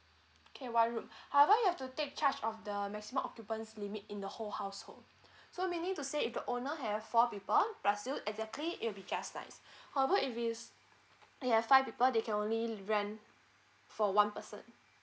okay one room however you have to take charge of the maximum occupants limit in the whole household so meaning to say if the owner have four people but still exactly it will be just nice however if it's you have five people you can only rent for one person